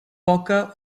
poca